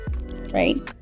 Right